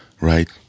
right